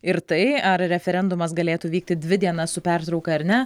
ir tai ar referendumas galėtų vykti dvi dienas su pertrauka ir ne